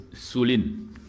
Sulin